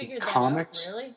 comics